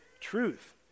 truth